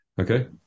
Okay